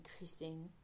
increasing